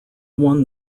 won